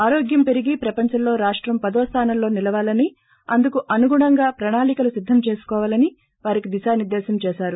ఆరోగ్యం పెరిగి ప్రపంచంలో రాష్టం పదో ్స్దానంలో నిలవాలని అందుకనుగుణంగా ప్రణాళికలు సిద్ధంచేసుకోవాలని వారికి దిశానిర్దేశం చేశారు